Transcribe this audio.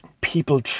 people